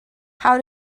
how